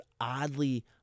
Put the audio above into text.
oddly